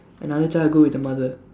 another child will go with the mother